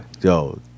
Yo